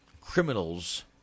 criminals